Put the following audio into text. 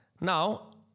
Now